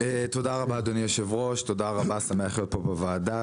אדוני היושב-ראש, שמח להיות פה בוועדה.